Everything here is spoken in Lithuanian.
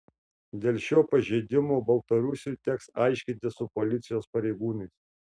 dėl šio pažeidimo baltarusiui teks aiškintis su policijos pareigūnais